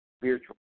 spiritual